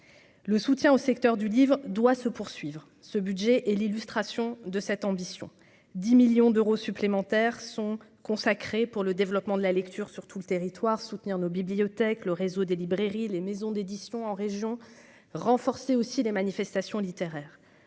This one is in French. Le soutien au secteur du livre doit se poursuivre, ce budget est l'illustration de cette ambition 10 millions d'euros supplémentaires sont consacrés pour le développement de la lecture sur tout le territoire soutenir nos bibliothèques, le réseau des librairies, les maisons d'édition en région renforcé aussi des manifestations littéraires